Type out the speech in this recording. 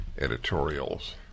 editorials